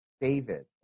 David